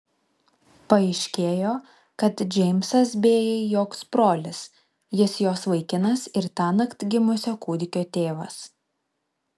paaiškėjo kad džeimsas bėjai joks brolis jis jos vaikinas ir tąnakt gimusio kūdikio tėvas